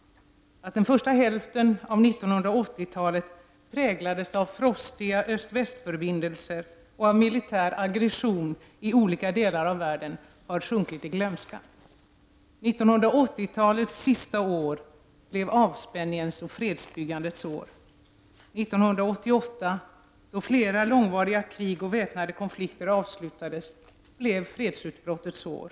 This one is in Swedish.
Att den första hälften av 1980-talet präglades av frostiga öst—väst-förbindelser och av militär aggression i olika delar av världen har sjunkit i glömska. 1980-talets sista år blev avspänningens och fredsbyggandets år. 1988 — då flera långvariga krig och väpnade konflikter avslutades — blev fredsutbrottens år.